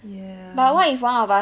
ya